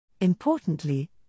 Importantly